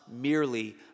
merely